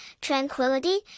tranquility